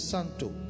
Santo